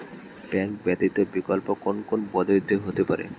Bank ব্যতীত বিকল্প কোন কোন পদ্ধতিতে হতে পারে?